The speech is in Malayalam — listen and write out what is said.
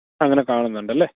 അങ്ങനെ കാണുന്നുണ്ട് അല്ലെ